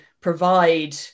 provide